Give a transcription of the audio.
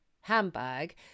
handbag